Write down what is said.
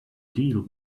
deal